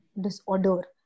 disorder